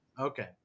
Okay